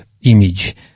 image